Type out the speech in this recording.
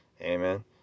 Amen